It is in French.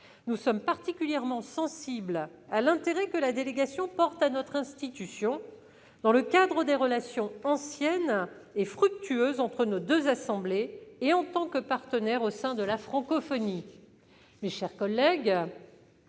Nous sommes particulièrement sensibles à l'intérêt que la délégation porte à notre institution, dans le cadre des relations anciennes et fructueuses entre nos deux assemblées et en tant que partenaires au sein de la Francophonie. Mes chers collègues,